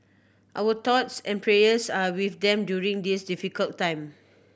our thoughts and prayers are with them during this difficult time